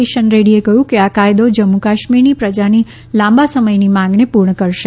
કિશન રેડ્ડીએ કહ્યું કે આ કાયદો જમ્મુ કાશ્મીરની પ્રજાની લાંબા સમયથી માંગને પૂર્ણ કરશે